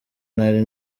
nari